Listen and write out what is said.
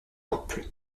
couple